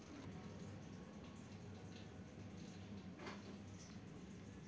ఆస్పత్రి లో జాయిన్ అయితే ఏం ఐనా లోన్ ఉంటదా?